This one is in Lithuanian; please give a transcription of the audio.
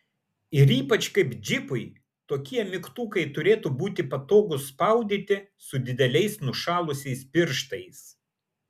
ir ypač kaip džipui tokie mygtukai turėtų būti patogūs spaudyti su dideliais nušalusiais pirštais